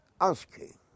asking